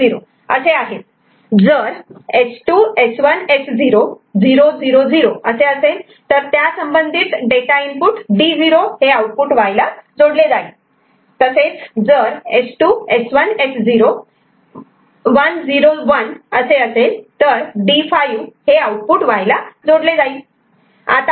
जर S2 S1 S0 0 0 0 असे असेल तर त्यासंबंधित डेटा इनपुट D0 हे आउटपुट Y ला जोडले जाईल तसेच जर S2 S1 S0 101 असेल तर D5 हे आउटपुट Y ला जोडले जाईल